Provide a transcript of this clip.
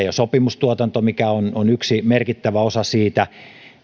jo esille sopimustuotanto mikä on on yksi merkittävä osa siitä